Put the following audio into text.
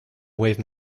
wave